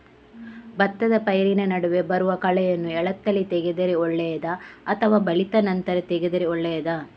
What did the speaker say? ಭತ್ತದ ಪೈರಿನ ನಡುವೆ ಬರುವ ಕಳೆಯನ್ನು ಎಳತ್ತಲ್ಲಿ ತೆಗೆದರೆ ಒಳ್ಳೆಯದಾ ಅಥವಾ ಬಲಿತ ನಂತರ ತೆಗೆದರೆ ಒಳ್ಳೆಯದಾ?